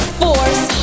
force